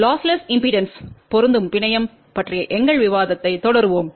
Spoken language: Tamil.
லொஸ்லெஸ் இம்பெடன்ஸ் பொருந்தும் பிணையம் பற்றிய எங்கள் விவாதத்தைத் தொடருவோம்